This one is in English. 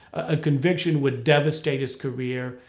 a conviction would devastate his career,